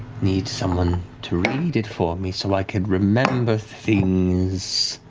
need someone to read it for me so i could remember things.